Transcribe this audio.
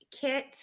Kit